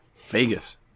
Vegas